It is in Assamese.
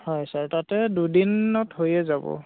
হয় ছাৰ তাতে দুদিনত হৈয়ে যাব